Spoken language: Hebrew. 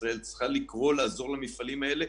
ישראל צריכה לקרוא לעזור למפעלים האלה,